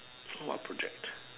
what project